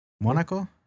Monaco